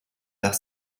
d’art